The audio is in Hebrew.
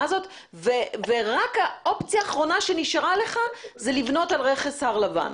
הזאת ורק האופציה האחרונה שנשארה לך היא לבנות על רכז הר לבן.